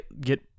get